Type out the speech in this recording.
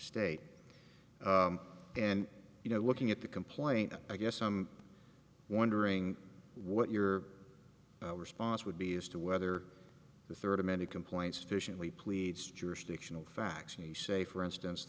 state and you know looking at the complaint i guess some wondering what your response would be as to whether the third of many complaints officially pleads jurisdictional facts and he say for instance